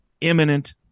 imminent